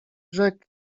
brzeg